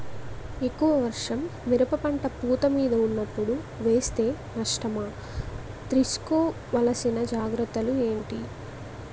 ఎక్కువ వర్షం మిరప పంట పూత మీద వున్నపుడు వేస్తే నష్టమా? తీస్కో వలసిన జాగ్రత్తలు ఏంటి?